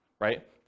right